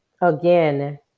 again